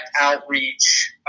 outreach